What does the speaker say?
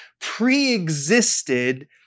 pre-existed